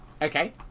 Okay